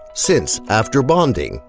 since after bonding,